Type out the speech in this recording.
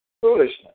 Foolishness